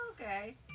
Okay